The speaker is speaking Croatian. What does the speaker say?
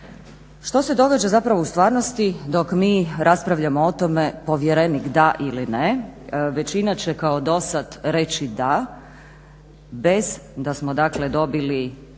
Što se događa zapravo u stvarnosti, dok mi raspravljamo o tome povjerenik da ili ne, većina će kao dosad reći da bez da smo, dakle